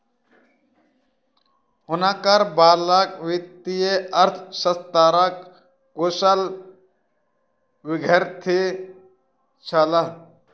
हुनकर बालक वित्तीय अर्थशास्त्रक कुशल विद्यार्थी छलाह